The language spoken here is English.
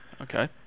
Okay